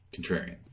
Contrarian